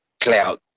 cloud